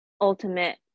ultimate